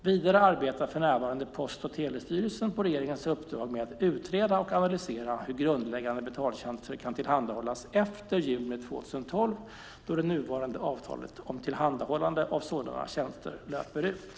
Vidare arbetar för närvarande Post och telestyrelsen på regeringens uppdrag med att utreda och analysera hur grundläggande betaltjänster kan tillhandahållas efter juni 2012, då det nuvarande avtalet om tillhandahållande av sådana tjänster löper ut.